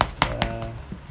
uh